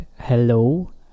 hello